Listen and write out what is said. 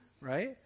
Right